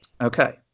Okay